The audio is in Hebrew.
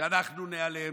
שאנחנו ניעלם,